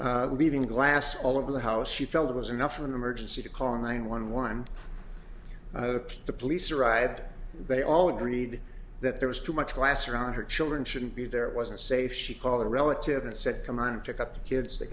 house leaving glass all over the house she felt it was enough for an emergency to call nine one one the police arrived they all agreed that there was too much glass around her children shouldn't be there wasn't safe she called a relative and said come on pick up the kids they